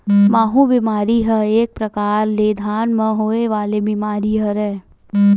माहूँ बेमारी ह एक परकार ले धान म होय वाले बीमारी हरय